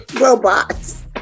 robots